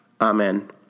Amen